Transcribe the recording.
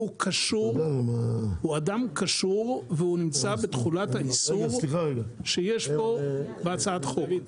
הוא אדם קשור והוא נמצא בתכולת האיסור שיש פה בהצעת החוק.